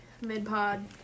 mid-pod